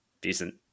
decent